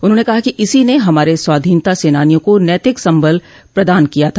उन्होंने कहा कि इसी ने हमारे स्वाधीनता सेनानियों को नैतिक संबल प्रदान किया था